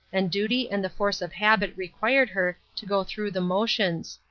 and duty and the force of habit required her to go through the motions.